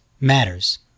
matters